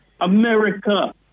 America